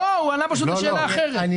הוא ענה על שאלה אחרת.